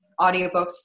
audiobooks